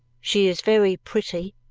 she is very pretty!